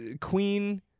queen